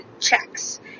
checks